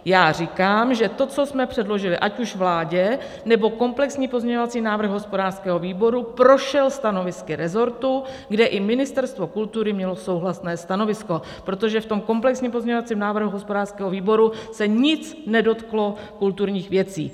Já říkám, že to, co jsme předložili, ať už vládě, nebo komplexní pozměňovací návrh hospodářského výboru, prošel stanovisky resortu, kde i Ministerstvo kultury mělo souhlasné stanovisko, protože v tom komplexním pozměňovacím návrhu hospodářského výboru se nic nedotklo kulturních věcí.